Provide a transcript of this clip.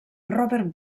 robert